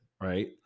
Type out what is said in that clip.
right